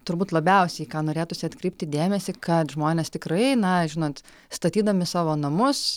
turbūt labiausiai į ką norėtųsi atkreipti dėmesį kad žmonės tikrai na žinot statydami savo namus